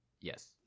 Yes